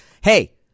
hey